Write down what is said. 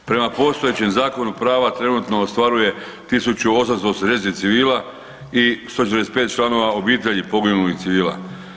Prema postojećem zakonu prava trenutno ostvaruje 1.880 civila i 145 članova obitelji poginulih civila.